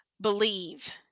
believe